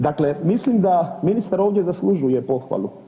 Dakle, mislim da ministar ovdje zaslužuje pohvalu.